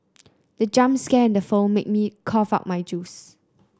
the jump scare in the film made me cough out my juice